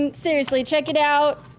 and seriously, check it out.